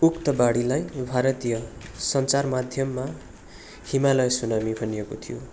उक्त बाढीलाई भारतीय सञ्चार माध्यममा हिमालय सुनामी भनिएको थियो